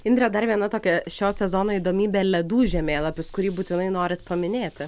indre dar viena tokia šio sezono įdomybė ledų žemėlapis kurį būtinai norit paminėti